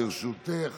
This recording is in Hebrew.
לרשותך